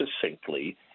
succinctly